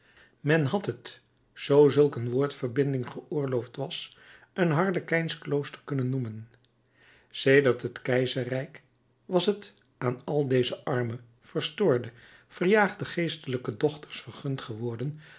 men had het zoo zulk een woordverbinding geoorloofd was een harlekijns klooster kunnen noemen sedert het keizerrijk was t aan al deze arme verstoorde verjaagde geestelijke dochters vergund geworden